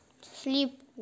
Sleep